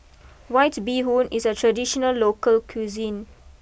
White Bee Hoon is a traditional local cuisine